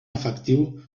efectiu